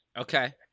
okay